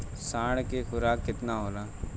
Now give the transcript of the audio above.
साढ़ के खुराक केतना होला?